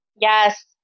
Yes